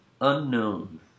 unknown